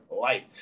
life